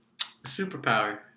superpower